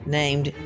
named